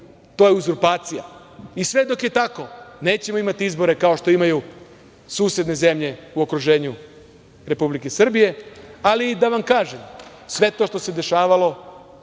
to je uzurpacija. Sve dok je tako nećemo imati izbore kao što imaju susedne zemlje u okruženju Republike Srbije, ali da vam kažem, sve to što se dešavalo